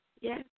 Yes